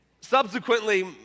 subsequently